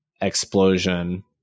explosion